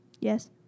Yes